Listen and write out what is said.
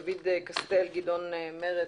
דוד קסטל וגדעון מרץ.